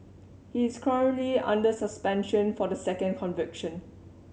he is currently under suspension for the second conviction